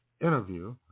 interview